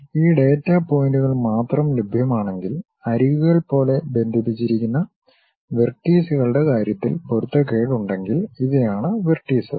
ഈ ഡാറ്റാ പോയിൻറുകൾ മാത്രം ലഭ്യമാണെങ്കിൽ അരികുകൾ പോലെ ബന്ധിപ്പിച്ചിരിക്കുന്ന വെർട്ടീസുകളുടെ കാര്യത്തിൽ പൊരുത്തക്കേട് ഉണ്ടെങ്കിൽ ഇവയാണ് വെർട്ടീസസ്